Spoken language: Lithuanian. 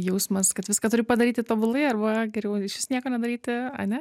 jausmas kad viską turi padaryti tobulai arba geriau išvis nieko nedaryti ane